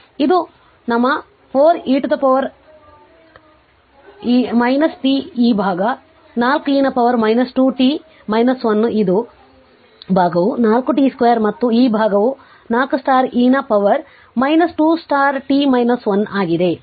ಆದ್ದರಿಂದ ಇದು ನಿಮ್ಮ 4 e t ಈ ಭಾಗ 4 e ನ ಪವರ್ 2 t 1 ಈ ಭಾಗವು 4 t 2 ಮತ್ತು ಈ ಭಾಗವು4 e ನ ಪವರ್ 2 t 1 ಆಗಿದೆ